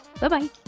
Bye-bye